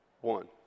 One